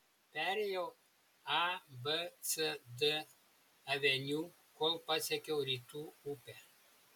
perėjau a b c d aveniu kol pasiekiau rytų upę